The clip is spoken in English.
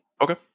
Okay